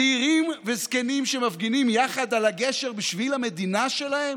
צעירים וזקנים שמפגינים יחד על הגשר בשביל המדינה שלהם